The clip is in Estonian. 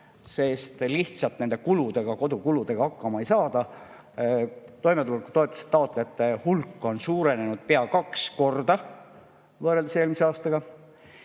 sest lihtsalt kodukulu tõttu enam hakkama ei saada. Toimetulekutoetuse taotlejate hulk on suurenenud pea kaks korda võrreldes eelmise aastaga.